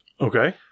Okay